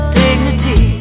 dignity